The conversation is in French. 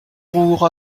roure